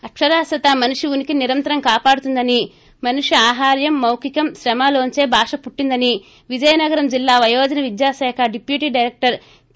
అక్షరాశ్వత మనిషి ఉనికిని నిరంతరం కాపాడుతుందని మనిషి ఆహార్యంమౌఖికం శ్రమలోంచే భాష పుట్టిందని విజయనగరం జిల్లా వయోజన విద్యాశాఖ డిప్యూటి డైరక్షర్ కె